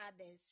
others